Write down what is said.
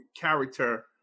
character